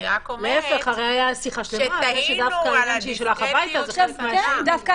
אני רק אומרת שתהינו על הדיסקרטיות --- אני דווקא